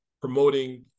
promoting